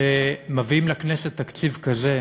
כשמביאים לכנסת תקציב כזה,